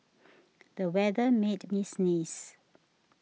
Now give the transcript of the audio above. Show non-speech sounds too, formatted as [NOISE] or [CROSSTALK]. [NOISE] the weather made me sneeze